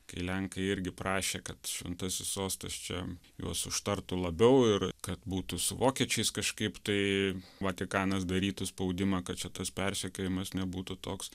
kai lenkai irgi prašė kad šventasis sostas čia juos užtartų labiau ir kad būtų su vokiečiais kažkaip tai vatikanas darytų spaudimą kad čia tas persekiojimas nebūtų toks